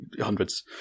hundreds